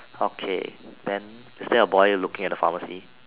okay then is there a boy looking at the pharmacy